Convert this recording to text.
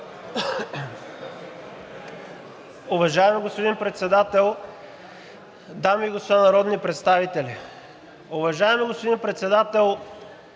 Уважаеми господин Председател, дами и господа народни представители! Уважаеми господин Председател,